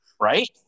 Right